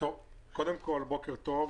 בוקר טוב.